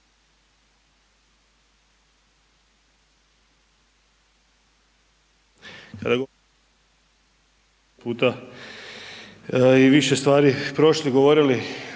uključio./… puta i više stvari prošli, govorili